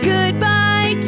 Goodbye